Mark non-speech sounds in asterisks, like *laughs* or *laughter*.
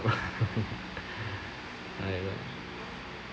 *laughs*